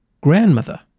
Grandmother